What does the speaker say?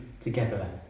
together